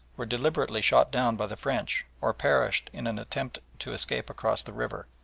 were deliberately shot down by the french or perished in an attempt to escape across the river.